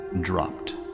dropped